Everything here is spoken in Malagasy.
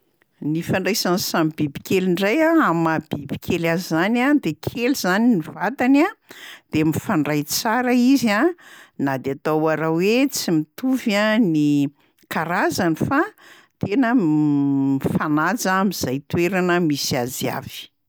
Ny ifandraisan'ny samy bibikely ndray a amin'ny maha-bibikely azy zany a de kely zany ny vatany a de mifandray tsara izy a na de atao ara hoe tsy mitovy a ny karazany fa tena mifanaja amin'izay toerana misy azy avy.